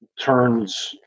turns